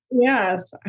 Yes